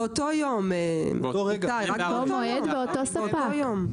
באותו מועד ואותו ספק.